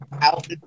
out